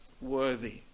worthy